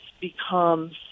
becomes